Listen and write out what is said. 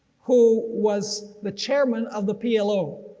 who was the chairman of the plo,